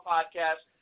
Podcast